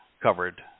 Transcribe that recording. covered